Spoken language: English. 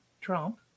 Trump